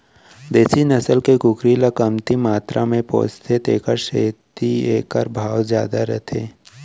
देसी नसल के कुकरी ल कमती मातरा म पोसथें तेकर सेती एकर भाव जादा रथे